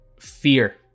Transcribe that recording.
Fear